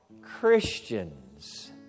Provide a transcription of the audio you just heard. Christians